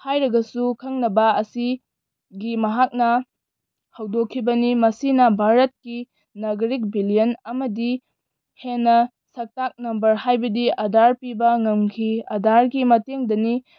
ꯍꯥꯏꯔꯒꯁꯨ ꯈꯪꯅꯕ ꯑꯁꯤꯒꯤ ꯃꯍꯥꯛꯅ ꯍꯧꯗꯣꯛꯈꯤꯕꯅꯤ ꯃꯁꯤꯅ ꯚꯥꯔꯠꯀꯤ ꯅꯥꯒꯔꯤꯛ ꯕꯤꯂꯤꯌꯟ ꯑꯃꯗꯤ ꯍꯦꯟꯅ ꯁꯛꯇꯥꯛ ꯅꯝꯕꯔ ꯍꯥꯏꯕꯗꯤ ꯑꯙꯥꯔ ꯄꯤꯕ ꯉꯝꯈꯤ ꯑꯙꯥꯔꯒꯤ ꯃꯇꯦꯡꯗꯅꯤ